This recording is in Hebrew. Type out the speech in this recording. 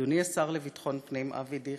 אדוני השר לביטחון פנים אבי דיכטר,